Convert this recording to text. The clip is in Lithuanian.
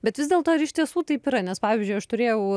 bet vis dėlto ar iš tiesų taip yra nes pavyzdžiui aš turėjau